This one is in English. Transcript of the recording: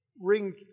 ring